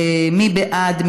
מי בעד?